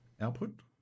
output